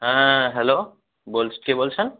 হ্যাঁ হ্যালো বলছি কে বলছেন